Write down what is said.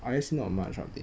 I_S_C not much update